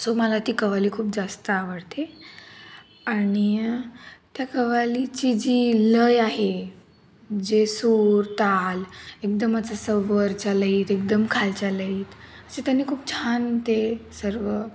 so मला ती कवाली खूप जास्त आवडते आणि त्या कवालीची जी लय आहे जे सूर ताल एकदमच असं वरच्या लईत एकदम खालच्या लईत असे त्यांनी खूप छान ते सर्व